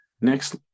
Next